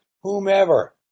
whomever